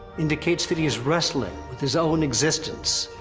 indicates that he is wrestling with his own existence.